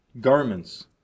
garments